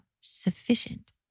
sufficient